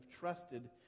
trusted